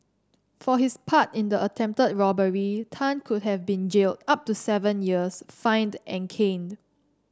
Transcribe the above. for his part in the attempted robbery Tan could have been jailed up to seven years fined and caned